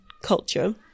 culture